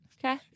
Okay